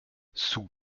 sous